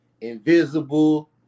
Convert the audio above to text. invisible